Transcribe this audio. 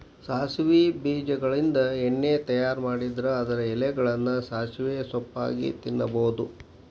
ಸಾಸವಿ ಬೇಜಗಳಿಂದ ಎಣ್ಣೆ ತಯಾರ್ ಮಾಡಿದ್ರ ಅದರ ಎಲೆಗಳನ್ನ ಸಾಸಿವೆ ಸೊಪ್ಪಾಗಿ ತಿನ್ನಬಹುದು